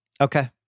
Okay